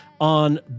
on